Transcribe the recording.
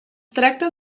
tracta